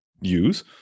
use